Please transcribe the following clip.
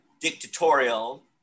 dictatorial